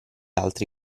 altri